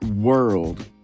world